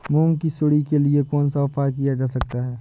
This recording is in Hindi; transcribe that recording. मूंग की सुंडी के लिए कौन सा उपाय किया जा सकता है?